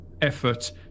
effort